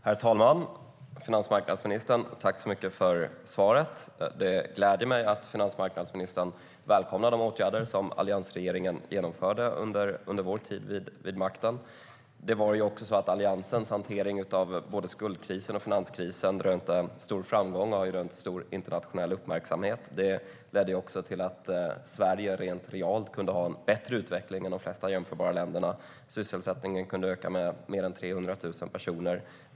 Herr talman! Finansmarknadsministern! Tack så mycket för svaret! Det gläder mig att finansmarknadsministern välkomnar de åtgärder som alliansregeringen vidtog under sin tid vid makten. Alliansens hantering av både skuldkrisen och finanskrisen var en stor framgång och rönte stor internationell uppmärksamhet. Det ledde också till att Sverige realt kunde ha en bättre utveckling än de flesta jämföra länder. Sysselsättningen ökade med mer än 300 000 personer.